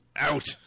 Out